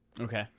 Okay